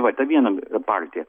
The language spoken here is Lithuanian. va ta viena partija